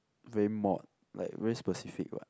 very mod like very specific what